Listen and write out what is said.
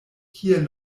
kie